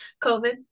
COVID